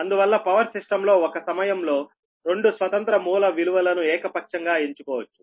అందువల్ల power system లో ఒక సమయంలో రెండు స్వతంత్ర మూల విలువల ను ఏకపక్షంగా ఎంచుకోవచ్చు